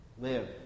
Live